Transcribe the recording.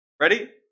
Ready